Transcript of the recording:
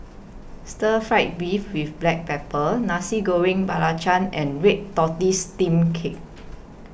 Stir Fry Beef with Black Pepper Nasi Goreng Belacan and Red Tortoise Steamed Cake